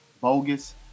bogus